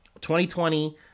2020